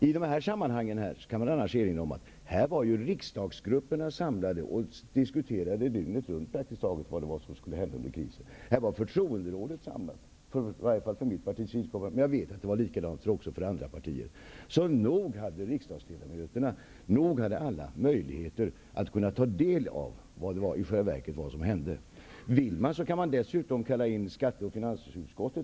I dessa sammanhang kan man erinra om att riksdagsgrupperna var samlade och diskuterade praktiskt taget dygnet runt om vad som skulle hända under krisen. Förtroenderådet var samlat, åtminstone för mitt partis vidkommande, men jag vet att det var likadant också för andra partier. Nog hade alla riksdagsledamöter möjligheter att kunna ta del av vad som i själva verket hände. Om man vill kan man dessutom kalla in skatte och finansutskotten.